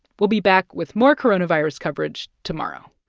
we'll be back with more coronavirus coverage tomorrow.